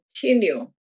continue